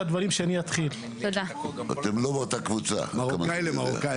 על כל סוגיה,